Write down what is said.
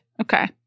Okay